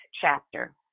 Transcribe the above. chapter